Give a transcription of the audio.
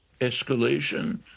escalation